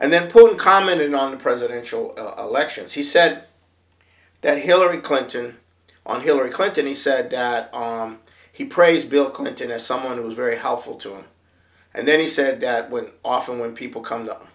and then put a comment in on the presidential elections he said that hillary clinton on hillary clinton he said that he praised bill clinton as someone who was very helpful to him and then he said that when often when people come